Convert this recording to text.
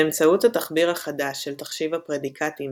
באמצעות התחביר החדש של תחשיב הפרדיקטים,